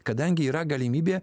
kadangi yra galimybė